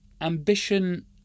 ambition